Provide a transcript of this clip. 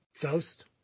Ghost